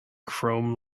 chrome